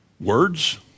Words